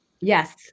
Yes